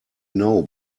know